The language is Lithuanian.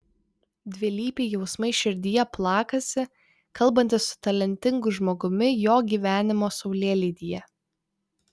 dvilypiai jausmai širdyje plakasi kalbantis su talentingu žmogumi jo gyvenimo saulėlydyje